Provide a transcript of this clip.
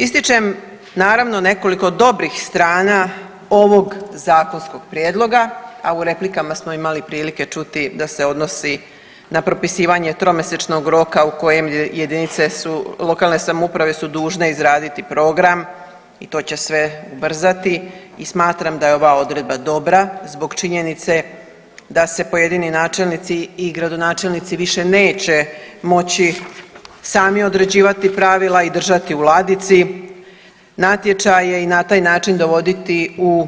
Ističem naravno nekoliko dobrih strana ovog zakonskog prijedloga, a u replikama smo imali prilike čuti da se odnosi na propisivanje tromjesečnog roka u kojem jedinice lokalne samouprave su dužne izraditi program i to će sve u brzati i smatram da je ova odredba dobra zbog činjenice da se pojedini načelnici i gradonačelnici više neće moći sami određivati pravila i držati u ladici natječaje i na taj način dovoditi u